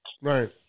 Right